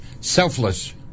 selfless